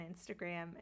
Instagram